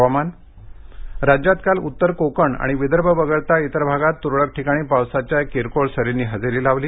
हवामान् राज्यात काल उत्तर कोकण आणि विदर्भ वगळता इतर भागात तुरळक ठिकाणी पावसाच्या किरकोळ सरींनी हजेरी लावली